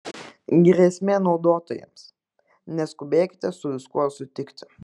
grėsmė naudotojams neskubėkite su viskuo sutikti